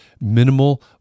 minimal